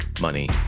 money